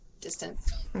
distance